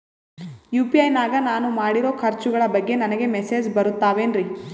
UPI ನಾಗ ನಾನು ಮಾಡಿರೋ ಖರ್ಚುಗಳ ಬಗ್ಗೆ ನನಗೆ ಮೆಸೇಜ್ ಬರುತ್ತಾವೇನ್ರಿ?